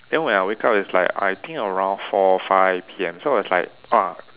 then when I wake up it's like around four five P_M so I was like !whoa!